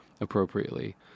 appropriately